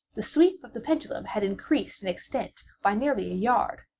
the sweep of the pendulum had increased in extent by nearly a yard.